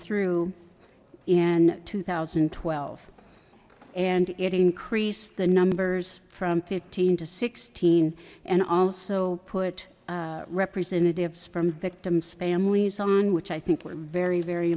through in two thousand and twelve and it increased the numbers from fifteen to sixteen and also put representatives from victims families on which i think were very very